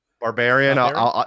Barbarian